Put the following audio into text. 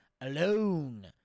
alone